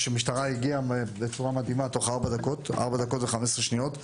המשטרה הגיעה בצורה מדהימה תוך 4 דקות ו-15 שניות.